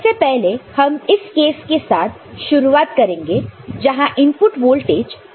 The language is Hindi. सबसे पहले हम इस केस के साथ शुरुआत करेंगे जहां इनपुट वोल्टेज 0 है